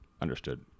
understood